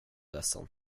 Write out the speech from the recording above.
ledsen